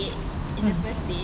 mm